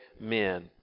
men